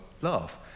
laugh